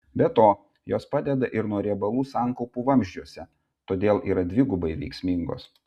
be to jos padeda ir nuo riebalų sankaupų vamzdžiuose todėl yra dvigubai veiksmingos